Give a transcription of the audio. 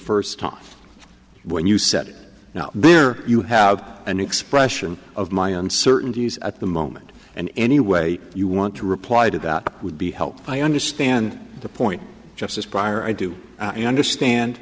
first time when you said no there you have an expression of my uncertainties at the moment and any way you want to reply to that would be help i understand the point just as prior i do understand